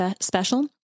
special